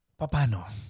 papano